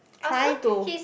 trying to